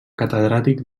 catedràtic